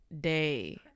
day